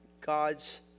God's